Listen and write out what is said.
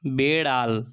বেড়াল